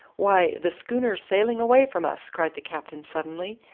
why, the schooner's sailing away from us, cried the captain suddenly.